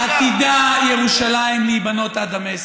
עתידה ירושלים להיבנות עד דמשק,